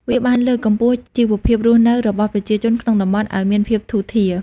វាបានលើកកម្ពស់ជីវភាពរស់នៅរបស់ប្រជាជនក្នុងតំបន់ឱ្យមានភាពធូរធារ។